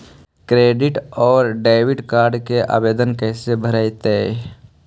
Credit और debit card के आवेदन कैसे भरैतैय?